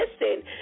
listen